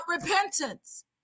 repentance